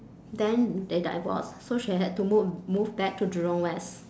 then they divorced so she had to move move back to jurong west